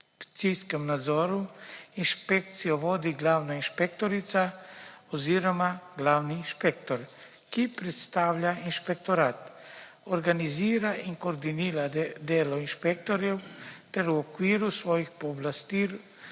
inšpekcijo vodi glavna inšpektorica oziroma glavni inšpektor, ki predstavlja inšpektorat. Organizira in koordinira delo inšpektorjev, ter v okviru svojih pooblastil